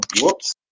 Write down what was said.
Whoops